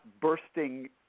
bursting